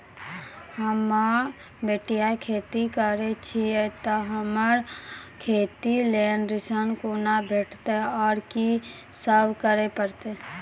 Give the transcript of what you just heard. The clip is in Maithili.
होम बटैया खेती करै छियै तऽ हमरा खेती लेल ऋण कुना भेंटते, आर कि सब करें परतै?